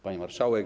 Pani Marszałek!